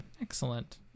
excellent